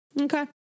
Okay